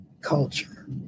culture